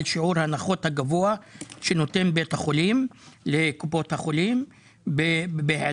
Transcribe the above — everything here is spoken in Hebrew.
שיעור ההנחות הגבוה שנותן בית החולים לקופות החולים בהעדר